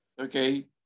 okay